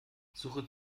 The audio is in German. suche